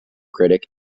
critic